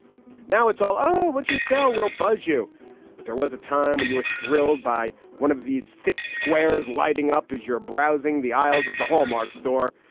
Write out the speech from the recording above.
now it's all, oh, what's your cell will buzz you. but there was a time when you were thrilled by one of these thick squares lighting up as you're browsing the aisles of the hallmark store,